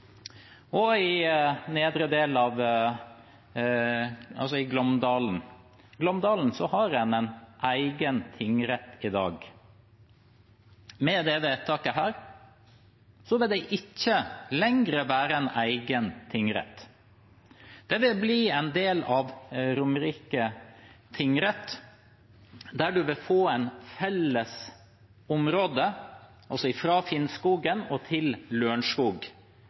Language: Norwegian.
og i nedre del av Glåmdalen. I Glåmdalen har en en egen tingrett i dag. Med dette vedtaket vil det ikke lenger være en egen tingrett, det vil bli en del av Romerike tingrett, der en vil få et felles område fra Finnskogen til